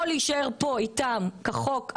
או להישאר פה איתם כחוק,